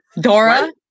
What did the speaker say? Dora